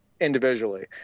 individually